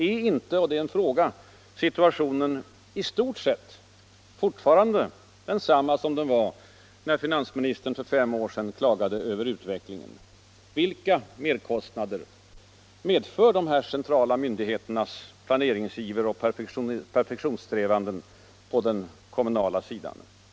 Är inte situationen i stort sett fortfarande densamma som den var när finansministern för fem år sedan klagade över utvecklingen? Vilka merkostnader medför de centrala myndigheternas planeringsiver och perfektionssträvanden på den kommunala sidan?